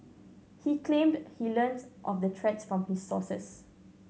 he claimed he learnt of the threats from his sources